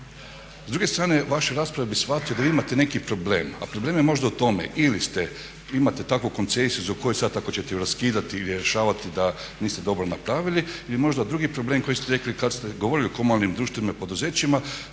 S druge strane vaše rasprave bih shvatio da vi imate neki problem, a problem je možda u tome ili imate takvu koncesiju za koju sad ako ćete je raskidati i rješavati da niste dobro napravili ili možda drugi problem koji ste rekli kad ste govorili o komunalnim društvima i poduzećima